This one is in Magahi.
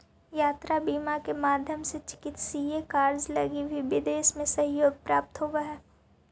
यात्रा बीमा के माध्यम से चिकित्सकीय कार्य लगी भी विदेश में सहयोग प्राप्त होवऽ हइ